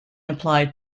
applied